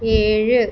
ഏഴ്